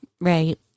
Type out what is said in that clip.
Right